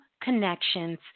connections